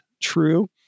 true